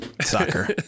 soccer